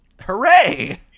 Hooray